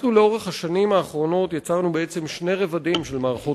לאורך השנים האחרונות יצרנו בעצם שני רבדים של מערכות